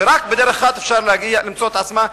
ורק בדרך אחת היא תוכל למצוא את עצמה,